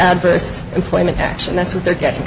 adverse employment action that's what they're getting